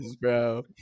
bro